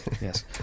Yes